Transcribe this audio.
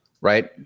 right